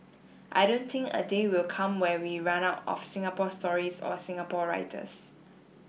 I don't think a day will come where we run out of Singapore stories or Singapore writers